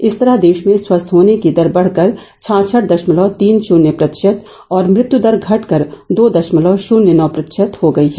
इस तरह देश में स्वस्थ होने की दर बढकर छाछठ दशमलव तीन शून्य प्रतिशत और मृत्यु दर घटकर दो शमलव शून्य नौ प्रतिशत हो गई है